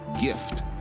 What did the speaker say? gift